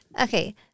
Okay